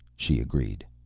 she agreed.